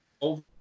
over